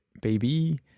baby